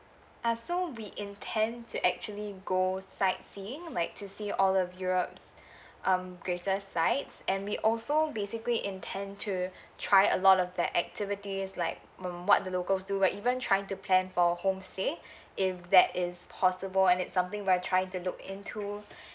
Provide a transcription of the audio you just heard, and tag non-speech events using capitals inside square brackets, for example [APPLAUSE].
ah so we intend to actually go sightseeing like to see all the europe's [BREATH] um greater sites and we also basically intend to [BREATH] try a lot of the activities like mm what the locals do we're even trying to plan for homestay [BREATH] if that is possible and it something we're trying to look into [BREATH]